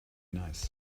nice